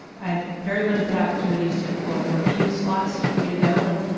i had very limited opportunities to deploy. there were few slots for me to go. and